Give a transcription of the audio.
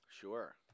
Sure